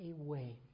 away